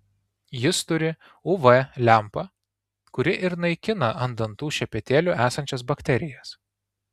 jis turi uv lempą kuri ir naikina ant dantų šepetėlių esančias bakterijas